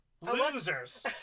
Losers